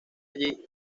allí